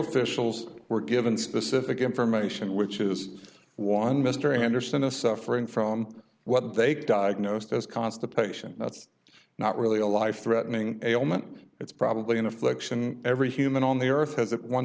officials were given specific information which is one mystery anderson is suffering from what they diagnosed as constipation that's not really a life threatening ailment it's probably an affliction every human on the earth has at one